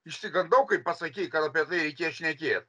išsigandau kai pasakei kad apie tai reikės šnekė